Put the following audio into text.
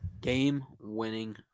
Game-winning